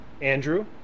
Andrew